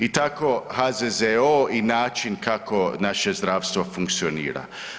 I tako HZZO i način kako naše zdravstvo funkcionira.